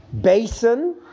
basin